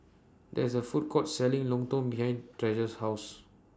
There IS A Food Court Selling Lontong behind Treasure's House